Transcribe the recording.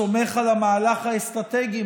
סומך על המהלך האסטרטגי,